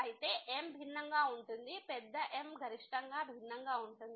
కాబట్టి M భిన్నంగా ఉంటుంది పెద్ద M గరిష్టంగా భిన్నంగా ఉంటుంది